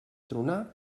tronar